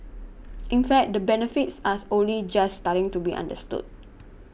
in fact the benefits as only just starting to be understood